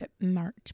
March